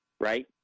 right